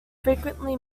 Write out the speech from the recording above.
frequently